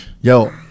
yo